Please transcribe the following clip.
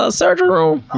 ah surgery room!